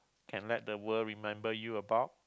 can let the world remember you about